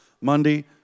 Monday